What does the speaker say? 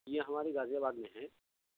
یہ ہمارے غازی آباد میں ہے